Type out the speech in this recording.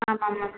ஆமாம் மேம்